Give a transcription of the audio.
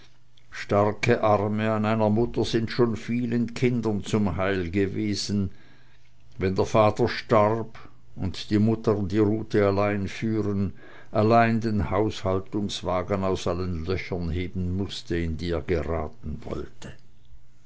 starke arme an einer mutter sind schon vielen kindern zum heil gewesen wenn der vater starb und die mutter die rute allein führen alleine den haushaltungswagen aus allen löchern heben mußte in die er geraten wollte